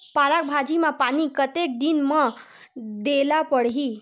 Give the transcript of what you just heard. पालक भाजी म पानी कतेक दिन म देला पढ़ही?